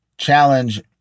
challenge